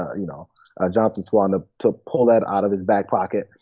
ah you know jonathan swan ah to pull that out of his back pocket.